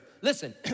Listen